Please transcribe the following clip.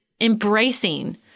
embracing